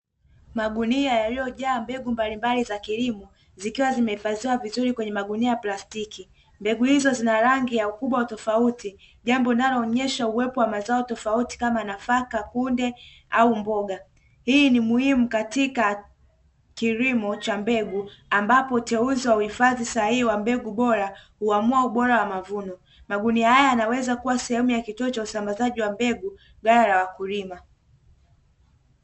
Magunia yaliyojaa mbegu mbalimbali za kilimo zikiwa zimehifadhiwa vizuri kwenye magunia ya plastiki, mbegu hizo zina rangi ya ukubwa tofauti jambo linaloonyesha uwepo wa mazao tofauti kama nafaka, kunde au mboga hii ni muhimu katika kilimo cha mbegu ambapo teuzi wa uhifadhi sahihi wa mbegu bora huamua ubora wa mavuno magunia haya yanaweza kuwa sehemu ya kituo cha usambazaji wa mbegu ghala la wakulima.